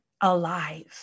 alive